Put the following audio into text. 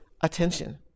attention